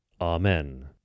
Amen